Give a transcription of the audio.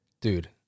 Dude